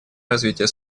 развитие